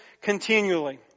continually